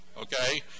Okay